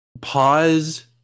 pause